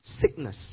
sickness